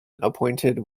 appointed